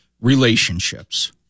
relationships